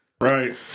Right